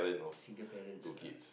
single parents lah